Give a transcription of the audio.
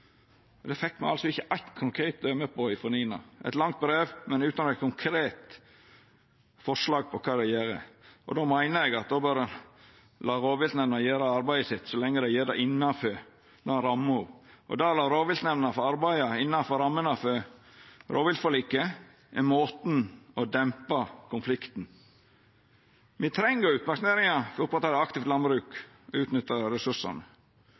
og gjorde oppdraget sitt. Det fekk me altså ikkje eitt konkret døme på frå NINA. Det var eit langt brev, men utan eit konkret forslag på kva dei gjer. Då meiner eg at ein bør la rovviltnemndene gjera arbeidet sitt så lenge dei gjer det innanfor ramma. Det å la rovviltnemndene få arbeida innanfor rammene av rovviltforliket er måten å dempa konflikten på. Me treng utmarksnæringa for å oppretthalda eit aktivt landbruk og utnytta ressursane.